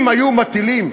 אם היו מטילים,